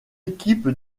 équipes